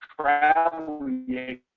traveling